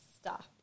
Stop